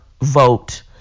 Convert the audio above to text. vote